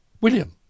William